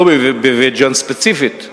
לא בבית-ג'ן ספציפית,